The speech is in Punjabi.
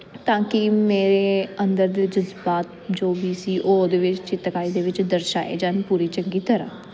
ਤਾਂ ਕਿ ਮੇਰੇ ਅੰਦਰ ਦੇ ਜਜ਼ਬਾਤ ਜੋ ਵੀ ਸੀ ਉਹ ਉਹਦੇ ਵਿੱਚ ਚਿੱਤਰਕਾਰੀ ਦੇ ਵਿੱਚ ਦਰਸਾਏ ਜਾਣ ਪੂਰੀ ਚੰਗੀ ਤਰ੍ਹਾਂ